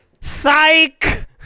Psych